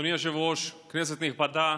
אדוני היושב-ראש, כנסת נכבדה,